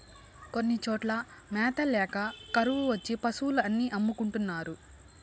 కొన్ని చోట్ల మ్యాత ల్యాక కరువు వచ్చి పశులు అన్ని అమ్ముకుంటున్నారు